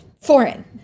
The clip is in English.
foreign